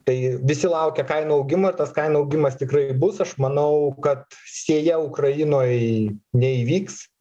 tai visi laukia kainų augimo ir tas kainų augimas tikrai bus aš manau kad sėja ukrainoj neįvyks